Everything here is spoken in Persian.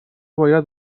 باید